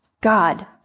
God